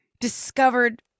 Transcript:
discovered